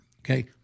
Okay